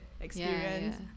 experience